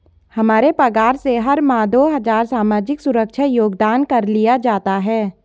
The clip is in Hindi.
हमारे पगार से हर माह दो हजार सामाजिक सुरक्षा योगदान कर लिया जाता है